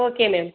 okay ma'am